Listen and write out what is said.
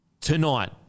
tonight